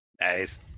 Nice